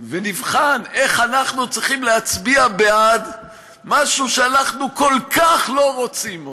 ונבחן איך אנחנו צריכים להצביע בעד משהו שאנחנו כל כך לא רוצים אותו,